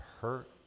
hurt